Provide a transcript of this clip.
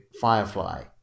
Firefly